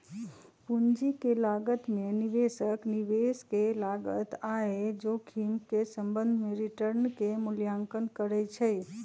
पूंजी के लागत में निवेशक निवेश के लागत आऽ जोखिम के संबंध में रिटर्न के मूल्यांकन करइ छइ